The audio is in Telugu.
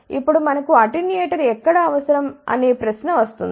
ఇప్పుడు మనకు అటెన్యూయేటర్ ఎక్కడ అవసరం అనే ప్రశ్న వస్తుంది